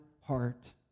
heart